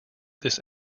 this